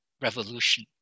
revolution